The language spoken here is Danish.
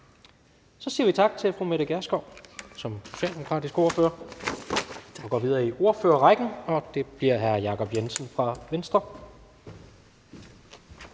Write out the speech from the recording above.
Så siger vi tak til fru Mette Gjerskov som socialdemokratisk ordfører. Vi går videre i ordførerrækken, og så bliver det hr. Jacob Jensen fra Venstre.